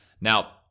Now